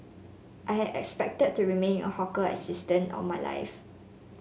I had expected to remain a hawker assistant all my life